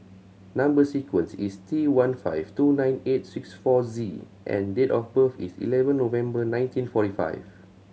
number sequence is T one five two nine eight six four Z and date of birth is eleven November nineteen forty five